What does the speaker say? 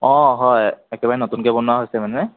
অ হয় একেবাৰে নতুনকৈ বনোৱা হৈছে মানে